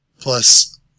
Plus